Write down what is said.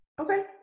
okay